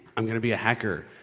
i'm gonna be a hacker!